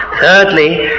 Thirdly